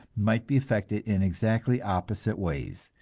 might be affected in exactly opposite ways.